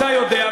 אתה יודע,